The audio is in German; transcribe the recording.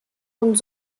und